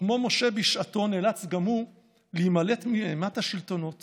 וכמו משה בשעתו נאלץ גם הוא להימלט מאימת השלטונות